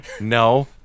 No